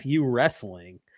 Wrestling